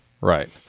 Right